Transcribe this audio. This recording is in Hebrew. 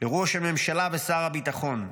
לראש הממשלה ושר הביטחון.